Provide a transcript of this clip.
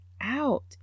out